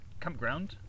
campground